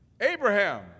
Abraham